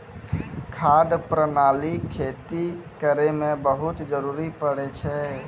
खाद प्रणाली खेती करै म बहुत जरुरी पड़ै छै